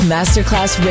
Masterclass